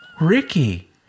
Ricky